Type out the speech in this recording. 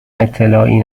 اطلاعی